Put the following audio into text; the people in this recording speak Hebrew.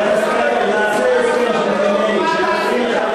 אל תעבדו עלינו בעיניים, חבר הכנסת בר.